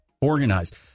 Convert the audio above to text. Organized